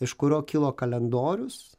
iš kurio kilo kalendorius